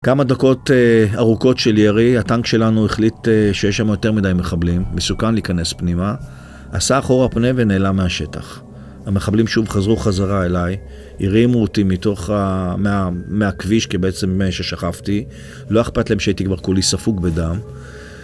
כמה דקות ארוכות של ירי, הטנק שלנו החליט שיש שם יותר מדי מחבלים, מסוכן להיכנס פנימה, עשה אחורה פנה ונעלם מהשטח. המחבלים שוב חזרו חזרה אליי, הרימו אותי מתוך.. מהכביש, כי בעצם, ששכבתי, לא היה אכפת להם שהייתי כבר כולי ספוג בדם.